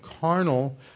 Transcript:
carnal